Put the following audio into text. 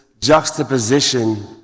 juxtaposition